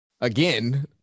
again